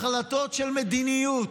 החלטות של מדיניות,